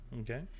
Okay